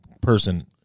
person